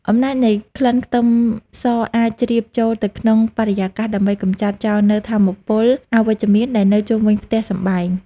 អំណាចនៃក្លិនខ្ទឹមសអាចជ្រាបចូលទៅក្នុងបរិយាកាសដើម្បីកម្ចាត់ចោលនូវថាមពលអវិជ្ជមានដែលនៅជុំវិញផ្ទះសម្បែង។